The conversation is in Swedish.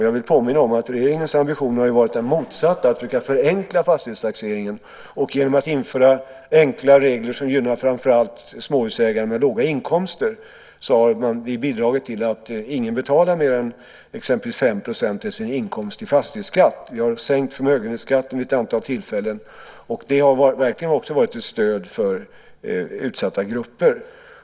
Jag vill påminna om att regeringens ambition har varit den motsatta, att försöka förenkla fastighetstaxeringen. Och genom att införa enklare regler som gynnar framför allt småhusägare med låga inkomster har vi bidragit till att ingen betalar mer än exempelvis 5 % av sin inkomst i fastighetsskatt. Vi har sänkt förmögenhetsskatten vid ett antal tillfällen. Det har verkligen också varit ett stöd för utsatta grupper.